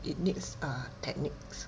it needs uh techniques